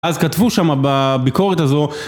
אז כתבו שם בביקורת הזו